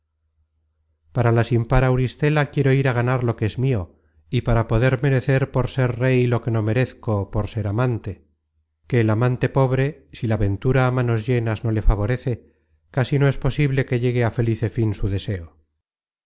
para la sin par auristela quiero ir á ganar lo que es mio y para poder merecer por ser rey lo que no merezco por ser amante que el amante pobre si la ventura á manos llenas no le favorece casi no es posible que llegue á felice fin su deseo